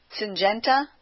Syngenta